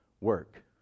work